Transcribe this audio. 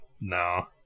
No